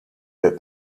that